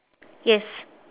yes